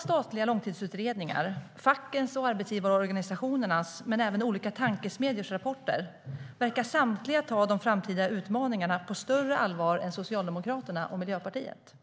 Statliga långtidsutredningar, fackens och arbetsgivarorganisationernas men även olika tankesmedjors rapporter verkar samtliga ta de framtida utmaningarna på större allvar än Socialdemokraterna och Miljöpartiet.